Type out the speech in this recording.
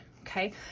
okay